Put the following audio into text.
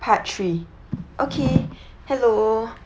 part three okay hello